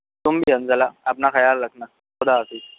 تم بھی حنظلہ اپنا خیال رکھنا خدا حافظ